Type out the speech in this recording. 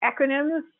acronyms